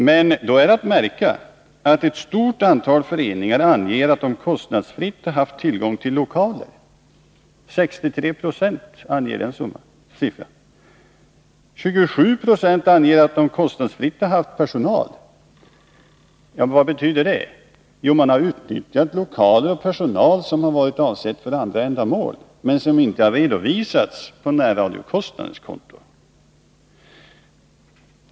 Men då är att märka att ettstort antal föreningar, 63 26, anger att de kostnadsfritt har haft tillgång till lokaler. Vidare anger 27 Yo att de kostnadsfritt har haft tillgång till personal. Vad betyder detta? Jo, att man har utnyttjat lokaler och personal som har varit avsedda för andra ändamål men som inte har redovisats på närradiokostnaders konto.